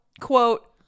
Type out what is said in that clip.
quote